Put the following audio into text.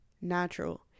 natural